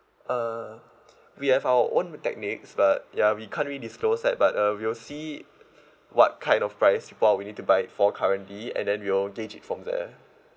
uh we have our own techniques but ya we can't really disclose that but uh we'll see what kind of price people are willing to buy it for currently and then we'll gauge it from there